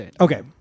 Okay